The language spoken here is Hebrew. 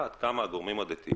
עד כמה הגורמים הדתיים